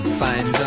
find